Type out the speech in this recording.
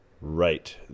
Right